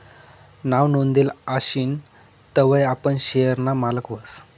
नाव नोंदेल आशीन तवय आपण शेयर ना मालक व्हस